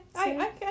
okay